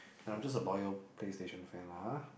and I'm just a loyal Play Station fan lah ah